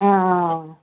आं आं आं